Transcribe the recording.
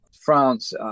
France